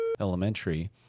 elementary